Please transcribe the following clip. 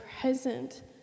present